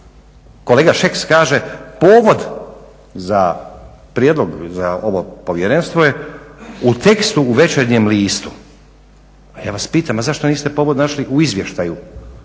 Kolega Šeks kaže povod za prijedlog za ovo povjerenstvo je u tekstu u Večernjem listu. Pa ja vas pitam a zašto niste povod našli u izvještaju